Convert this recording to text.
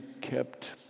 kept